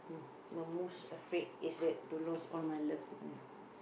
my most afraid is that to lost all my loved one